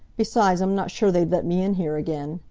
besides, i'm not sure they'd let me in here again.